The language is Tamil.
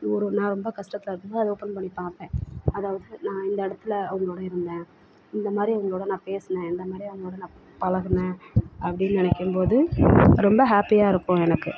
ஒரு நான் ரொம்ப கஷ்டத்துல இருக்கும் போது அதை ஓப்பன் பண்ணி பார்ப்பேன் அதாவது நான் இந்த இடத்துல அவர்களோட இருந்தேன் இந்த மாதிரி அவர்களோட நான் பேசுனேன் இந்த மாதிரி அவர்களோட நான் பழகுனேன் அப்படின்னு நினைக்கும்போது ரொம்ப ஹேப்பியாக இருக்கும் எனக்கு